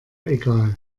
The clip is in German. egal